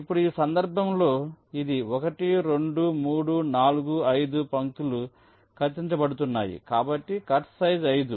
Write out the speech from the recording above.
ఇప్పుడు ఈ సందర్భంలో ఇది 1 2 3 4 5 పంక్తులు కత్తిరించబడుతున్నాయి కాబట్టి కట్సైజ్ 5